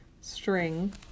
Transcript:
string